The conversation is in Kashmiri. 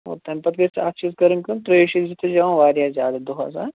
اور تَمہِ پَتہٕ گژھِ اکھ چیٖز کَرٕنۍ کٲم ترٛیش ٲسۍ زِ چیٚوان واریاہ زیادٕ دۄہَس ہٲں